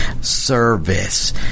service